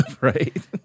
right